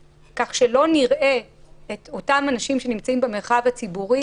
כך שלא נראה את אותם אנשים שנמצאים במרחב הציבורי